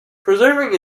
preserving